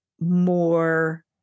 more